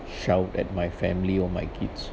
shout at my family or my kids